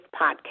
podcast